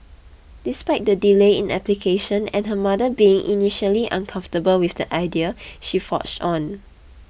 despite the delay in application and her mother being initially uncomfortable with the idea she forged on